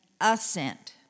assent